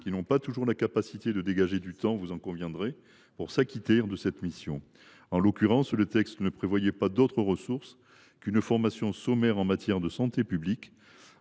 qui n’ont pas toujours la possibilité de dégager du temps – vous en conviendrez – pour s’acquitter de cette mission. En l’occurrence, le texte ne prévoyait pas d’autres ressources qu’une formation sommaire en matière de santé publique.